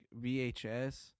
VHS